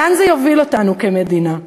לאן זה יוביל אותנו כמדינה?